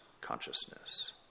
consciousness